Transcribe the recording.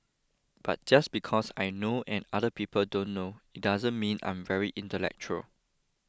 but just because I know and other people don't know it doesn't mean I'm very intellectual